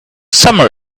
summer